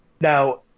Now